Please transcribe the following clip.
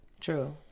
True